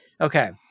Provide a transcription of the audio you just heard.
Okay